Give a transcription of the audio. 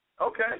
Okay